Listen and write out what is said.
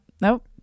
nope